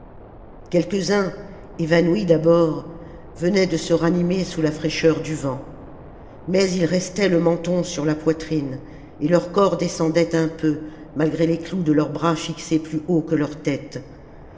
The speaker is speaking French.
quelques-uns évanouis d'abord venaient de se ranimer sous la fraîcheur du vent mais ils restaient le menton sur la poitrme et leur corps descendait un peu malgré les clous de leurs bras fixés plus haut que leur tête